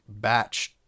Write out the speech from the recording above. batched